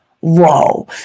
whoa